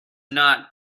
not